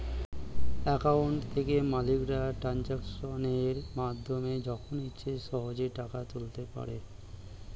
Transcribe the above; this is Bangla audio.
অ্যাকাউন্ট থেকে মালিকরা ট্রানজাকশনের মাধ্যমে যখন ইচ্ছে সহজেই টাকা তুলতে পারে